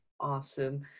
awesome